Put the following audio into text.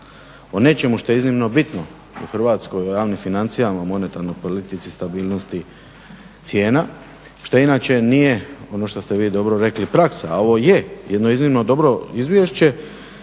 o nečemu što je iznimno bitno u Hrvatskim i javnim financijama, monetarnoj politici, stabilnosti cijena šta inače nije ono što ste vi dobro rekli praksa, a ovo je iznimno dobro izvješće